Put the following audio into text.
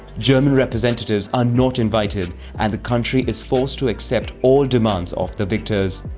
german representatives are not invited and the country is forced to accept all demands of the victors.